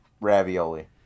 ravioli